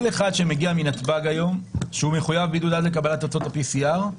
כל אחד שמגיע מנתב"ג היום שהוא מחויב בידוד עד לקבלת תוצאות ה-PCR יכול